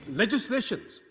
legislations